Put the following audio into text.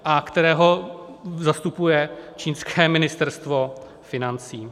A kterého zastupuje čínské ministerstvo financí.